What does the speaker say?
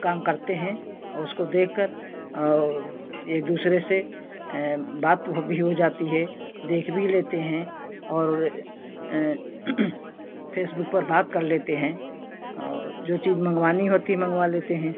काम करते हैं और उसको देखकर और एक दूसरे से बात वो भी हो जाती है देख भी लेते हैं और फ़ेसबुक पर बात कर लेते हैं और जो चीज मँगवानी होती मँगवा लेते हैं